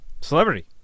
celebrity